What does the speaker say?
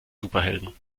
superhelden